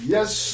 Yes